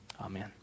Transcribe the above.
Amen